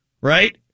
right